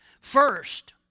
First